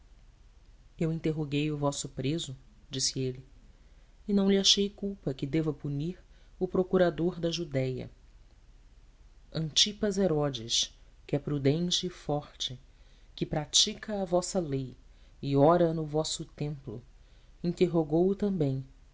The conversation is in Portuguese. eu interroguei o vosso preso disse ele e não lhe achei culpa que deva punir o procurador da judéia antipas herodes que é prudente e forte que pratica a vossa lei e ora no vosso templo interrogou-o também